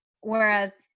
whereas